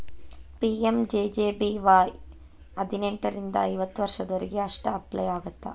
PMJJBY ಹದಿನೆಂಟರಿಂದ ಐವತ್ತ ವರ್ಷದೊರಿಗೆ ಅಷ್ಟ ಅಪ್ಲೈ ಆಗತ್ತ